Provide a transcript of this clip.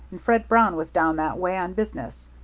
and fred brown was down that way on business.